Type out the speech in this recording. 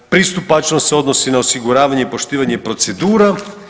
Pristupačnost se odnosi na osiguravanje i poštivanje procedura.